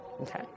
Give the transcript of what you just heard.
Okay